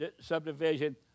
subdivision